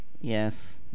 Yes